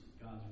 God's